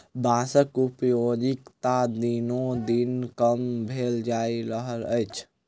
बाँसक उपयोगिता दिनोदिन कम भेल जा रहल अछि